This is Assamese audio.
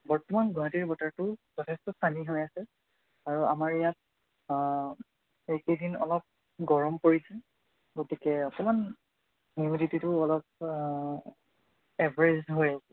বৰ্তমান গুৱাহাটীৰ বতৰটো যথেষ্ট চানি হৈ আছে আৰু আমাৰ ইয়াত এইকেইদিন অলপ গৰম পৰিছে গতিকে অকণমান হিউমিডিটিটো অলপ এভাৰেজ হৈ আছে